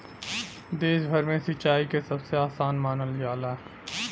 देश भर में सिंचाई के सबसे आसान मानल जाला